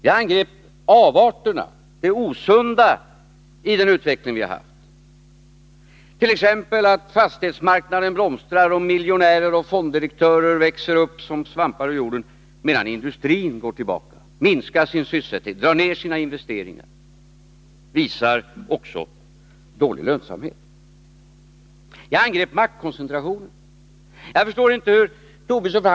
Jag angrep avarterna, det osunda i den utveckling vi har haft, t.ex. att fastighetsmarknaden blomstrar och att miljonärer och fonddirektörer växer upp som svampar ur jorden, medan industrin går tillbaka, minskar sin sysselsättning, drar ner sina investeringar och visar dålig lönsamhet. Jag angrep också maktkoncentrationen. Jag förstår inte Lars Tobissons resonemang.